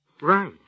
Right